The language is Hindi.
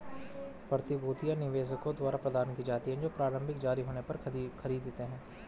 प्रतिभूतियां निवेशकों द्वारा प्रदान की जाती हैं जो प्रारंभिक जारी होने पर खरीदते हैं